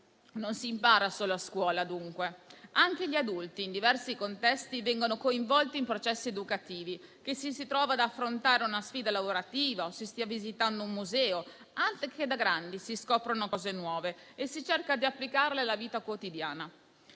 Non si impara solo a scuola, dunque. Anche gli adulti in diversi contesti vengono coinvolti in processi educativi. Che ci si trovi ad affrontare una sfida lavorativa o si stia visitando un museo, anche da grandi si scoprono cose nuove e si cerca di applicarle alla vita quotidiana.